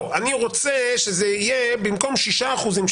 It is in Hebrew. אני רוצה שאלה יהיו שני אחוזים במקום שישה אחוזים,